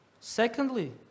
Secondly